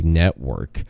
network